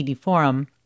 Forum